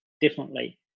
differently